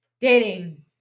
dating